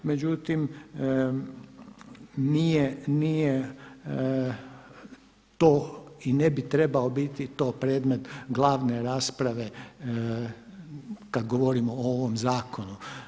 Međutim, nije to i ne bi trebao biti to predmet glavne rasprave kad govorimo o ovom zakonu.